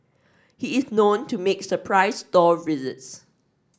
he is known to make surprise store visits